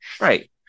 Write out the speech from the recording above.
Right